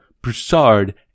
Broussard